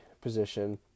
position